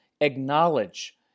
acknowledge